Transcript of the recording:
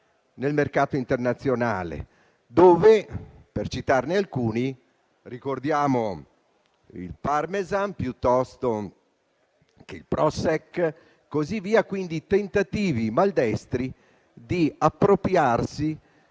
nel mercato internazionale. Per citarne alcuni, ricordiamo il "parmesan" piuttosto che il "prosek". Sono tentativi malvestiti di appropriarsi